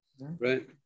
right